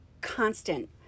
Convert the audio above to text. constant